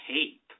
tape